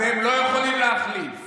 אתם לא יכולים להחליף